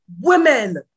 women